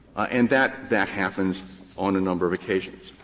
and that that happens on a number of occasions.